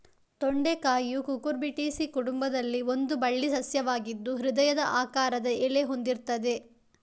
ತೊಂಡೆಕಾಯಿಯು ಕುಕುರ್ಬಿಟೇಸಿ ಕುಟುಂಬದಲ್ಲಿ ಒಂದು ಬಳ್ಳಿ ಸಸ್ಯವಾಗಿದ್ದು ಹೃದಯದ ಆಕಾರದ ಎಲೆ ಹೊಂದಿರ್ತದೆ